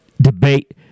debate